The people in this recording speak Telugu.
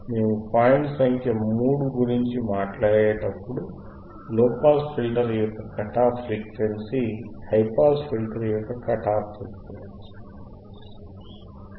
మేము పాయింట్ సంఖ్య 3 గురించి మాట్లాడేటప్పుడు లోపాస్ ఫిల్టర్ యొక్క cut off frequency high pass filter యొక్క ఫ్రీక్వెన్సీ